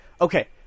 okay